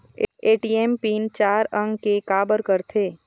ATM PIN चार अंक के का बर करथे?